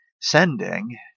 sending